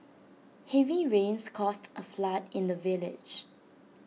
heavy rains caused A flood in the village